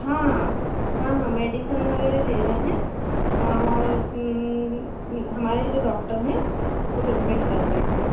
हाँ हाँ हाँ हाँ मेडिसिन वगैरह दे रहे है और हमारे जो डॉक्टर हैं वो ट्रीटमेंट कर रहे हैं